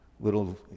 little